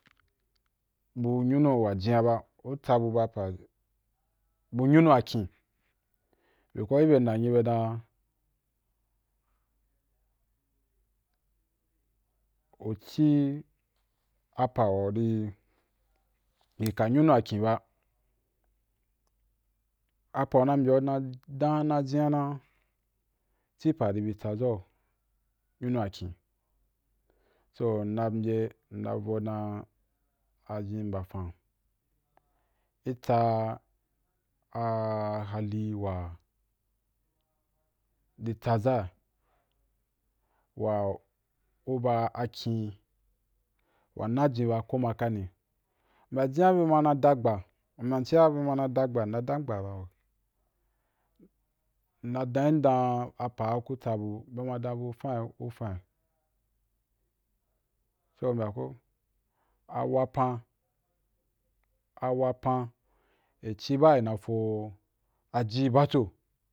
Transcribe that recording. Bu nyunu a jiya ba, u tsa bu ba pa bu nyunu a kin, because i be nanyi be dan u ci a pa wa ri yi ka nyunua kìn ba apa u na mbiu na, dan’a jiya na ci pa ribi tsana u yo nyunu a kin, so nna mbya, nna vo dan a zhin mbafa itsa hali wa di tsa za’i wa u ba a kyin wa najin ba ko ma kani u bya jinya bu nna na dagba, u mbya ciya bu mana dagba nnadangba ba, nna dan da apa ku tsa bu be ba dan bu fayi u fayi, so u bya ko, a wapan, a wapan i ci ba na fo aji ba’cho